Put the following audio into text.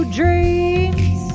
dreams